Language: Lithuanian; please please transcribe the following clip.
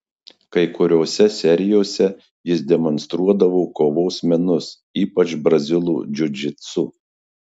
kai kuriose serijose jis demonstruodavo kovos menus ypač brazilų džiudžitsu